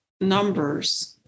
numbers